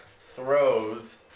throws